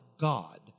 God